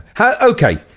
Okay